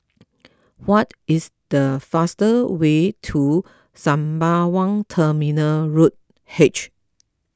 what is the fastest way to Sembawang Terminal Road H